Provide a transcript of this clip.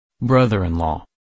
brother-in-law